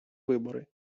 вибори